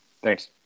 Thanks